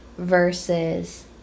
versus